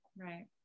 Right